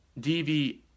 DV